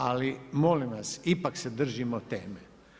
Ali, molim vas ipak se držimo teme.